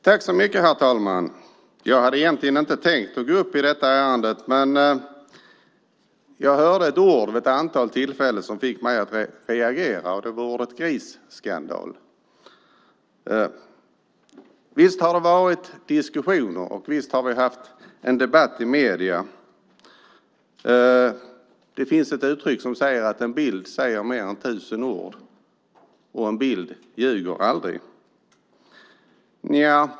Herr talman! Jag hade inte tänkt gå upp i detta ärende, men jag hörde vid ett antal tillfällen ett ord som fick mig att reagera, nämligen ordet grisskandal. Visst har det varit diskussioner och visst har det varit debatt i medierna. Det finns ett uttryck som säger att en bild säger mer än tusen ord och att en bild aldrig ljuger.